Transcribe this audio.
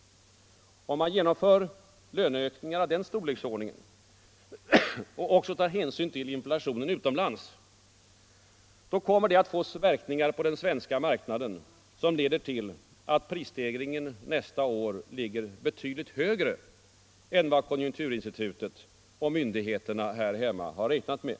Om man genomför löneökningar av den storleksordningen och också tar hänsyn till inflationen utomlands kommer det att få verkningar på den svenska marknaden som leder till att prisstegringen nästa år ligger betydligt högre än vad konjunkturinstitutet och myndigheterna här hemma har räknat med.